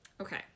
Okay